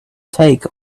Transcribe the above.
take